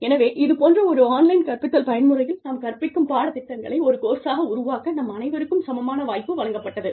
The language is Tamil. எனவே இது போன்ற ஒரு ஆன்லைன் கற்பித்தல் பயன்முறையில் நாம் கற்பிக்கும் பாடத் திட்டங்களை ஒரு கோர்ஸாக உருவாக்க நம் அனைவருக்கும் சமமான வாய்ப்பு வழங்கப்பட்டது